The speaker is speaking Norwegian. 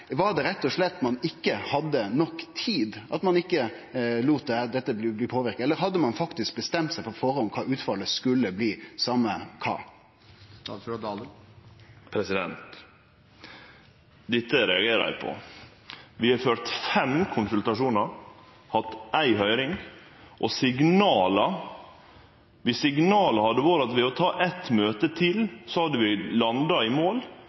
Var det rett og slett fordi at ein ikkje hadde nok tid, at ein ikkje lét dette bli påverka, eller hadde ein faktisk bestemt seg på førehand for kva utfallet skulle bli – same kva? Dette reagerer eg på. Vi har ført fem konsultasjonar og hatt ei høyring, og dersom signala hadde vore at ved å ta eit møte til så hadde vi landa i mål,